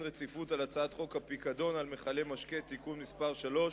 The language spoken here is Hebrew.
רציפות על הצעת חוק הפיקדון על מכלי משקה (תיקון מס' 3),